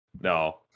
No